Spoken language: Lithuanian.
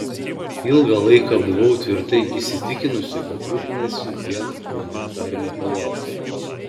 ilgą laiką buvau tvirtai įsitikinusi kad rūpinasi vien humanitarine pagalba